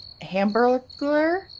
Hamburglar